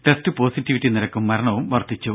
test positivity നിരക്കും മരണവും വർധിച്ചു